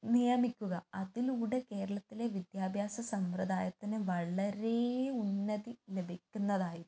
നിയമിക്കുക അതിലൂടെ കേരളത്തിലെ വിദ്യാഭ്യാസസമ്പ്രദായത്തിന് വളരെ ഉന്നതി ലഭിക്കുന്നതായിരിക്കും